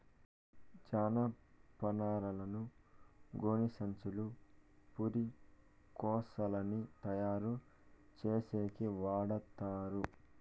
జనపనారను గోనిసంచులు, పురికొసలని తయారు చేసేకి వాడతారు